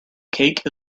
cake